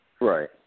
Right